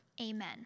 Amen